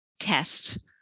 test